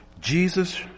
Jesus